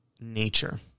nature